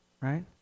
Right